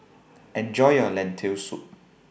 Enjoy your Lentil Soup